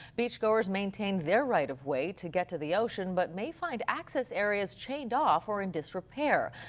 beach goers maintain their right of way to get to the ocean but may find access areas chained off or in disrepair.